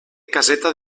caseta